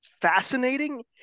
fascinating